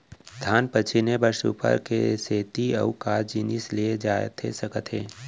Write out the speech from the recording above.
धान पछिने बर सुपा के सेती अऊ का जिनिस लिए जाथे सकत हे?